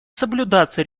соблюдаться